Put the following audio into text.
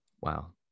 Wow